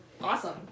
awesome